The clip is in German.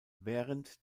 während